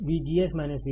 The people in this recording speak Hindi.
VGS VT